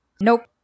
Nope